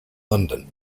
london